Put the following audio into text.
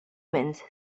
omens